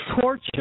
torture